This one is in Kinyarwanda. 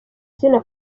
zina